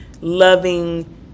loving